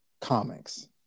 comics